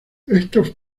estos